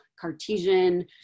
Cartesian